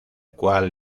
cual